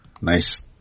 nice